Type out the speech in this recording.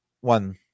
one